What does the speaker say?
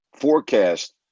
forecast